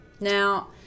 Now